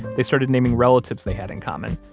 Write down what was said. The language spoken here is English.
they started naming relatives they had in common,